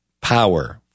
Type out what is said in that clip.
power